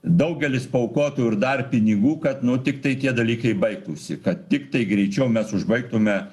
daugelis paaukotų ir dar pinigų kad nu tiktai tie dalykai baigtųsi kad tiktai greičiau mes užbaigtume